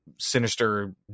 sinister